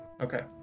Okay